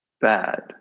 bad